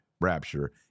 rapture